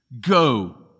Go